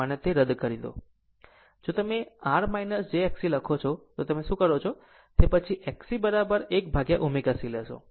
મને તે રદ કરી દો જો તમે R j Xc લખો તો તમે શું કરો પછી તમે Xc 1 upon ω c લેશો